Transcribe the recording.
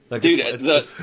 Dude